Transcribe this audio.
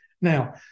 Now